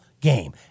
game